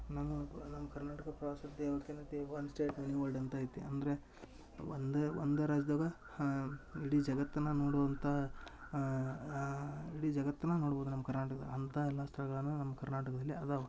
ನಮ್ ನಮ್ಮ ಕರ್ನಾಟಕ ಪ್ರವಾಸೋದ್ಯಮ ಒನ್ ಸ್ಟೇಟ್ ಮಿನಿ ವರ್ಲ್ಡ್ ಅಂತ ಐತಿ ಅಂದರೆ ಒಂದೇ ಒಂದು ರಾಜ್ಯದಾಗ ಇಡೀ ಜಗತ್ತನ್ನ ನೋಡುವಂಥ ಇಡೀ ಜಗತನ್ನ ನೋಡ್ಬೌದು ನಮ್ಮ ಕರ್ನಾಟಕದದಾಗ ಅಂಥ ಎಲ್ಲಾ ಸ್ಥಳಗಳನ್ನ ನಮ್ ಕರ್ನಾಟಕದಲ್ಲಿ ಅದಾವ